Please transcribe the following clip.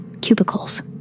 Cubicles